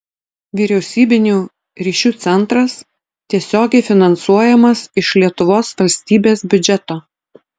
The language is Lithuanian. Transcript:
vyriausybinių ryšių centras tiesiogiai finansuojamas iš lietuvos valstybės biudžeto